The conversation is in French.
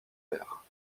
père